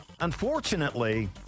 Unfortunately